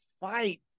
fight